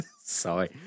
sorry